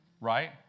right